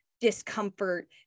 discomfort